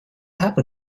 happen